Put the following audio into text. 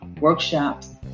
workshops